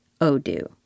Odoo